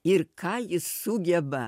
ir ką jis sugeba